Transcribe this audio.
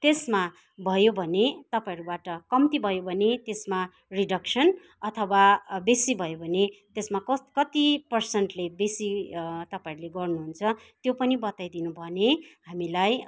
त्यसमा भयो भने तपाईँहरूबाट कम्ती भयो भने त्यसमा रिडक्सन अथवा बेसी भयो भने त्यसमा कति पर्सेन्टले बेसी तपाईँहरूले गर्नुहुन्छ त्यो पनि बताइ दिनुभयो भने हामीलाई